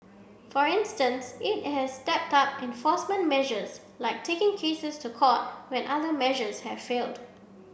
for instance it has stepped up enforcement measures like taking cases to court when other measures have failed